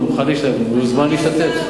הוא מוזמן להשתתף.